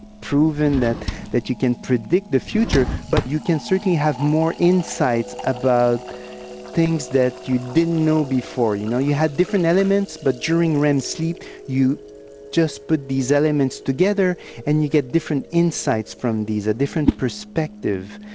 proven that that you can predict the future, but you can certainly have more insights about things that you didn't know before. you know, you had different elements but during rem sleep you just put these elements together and you get different insights from these, a different perspective.